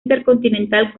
intercontinental